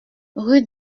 rue